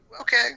Okay